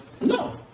no